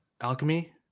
Alchemy